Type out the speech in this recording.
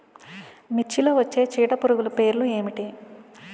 మిర్చిలో వచ్చే చీడపురుగులు పేర్లు ఏమిటి?